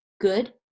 good